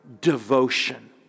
devotion